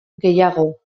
gehiago